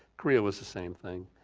korea was the same thing,